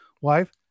wife